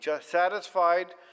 satisfied